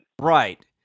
Right